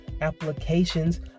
applications